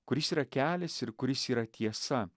kuris yra kelias ir kuris yra tiesa